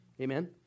Amen